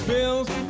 Bills